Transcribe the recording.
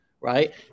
Right